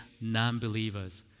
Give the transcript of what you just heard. non-believers